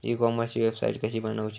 E कॉमर्सची website कशी बनवची?